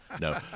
no